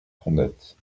fondettes